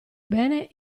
bene